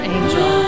Angel